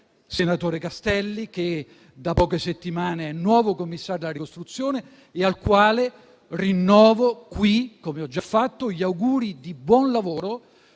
senatore Castelli, che da poche settimane è il nuovo commissario per la ricostruzione, e al quale rinnovo qui, come ho già fatto, gli auguri di buon lavoro.